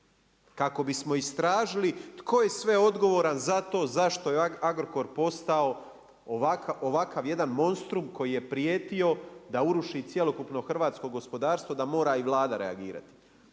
kako bismo istražili tko je sve odgovoran za to zašto je Agrokor postao ovakav jedan monstrum koji je prijetio da uruši cjelokupno hrvatsko gospodarstvo da mora i Vlada reagirati.